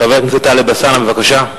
חבר הכנסת טלב אלסאנע, בבקשה.